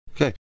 Okay